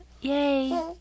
Yay